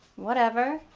whatever.